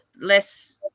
less